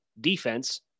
defense